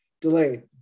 delayed